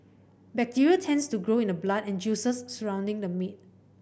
bacteria tends to grow in the blood and juices surrounding the meat